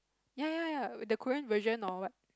ya ya ya the Korean version or what